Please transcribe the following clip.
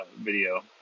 video